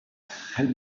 help